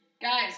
Guys